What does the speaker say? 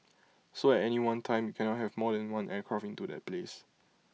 so at any one time you cannot have more than one aircraft into that place